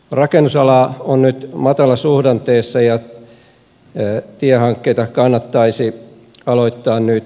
rakennusala on nyt matalasuhdanteessa ja tiehankkeita kannattaisi aloittaa nyt